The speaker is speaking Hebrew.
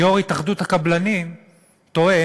כי יו"ר התאחדות הקבלנים טוען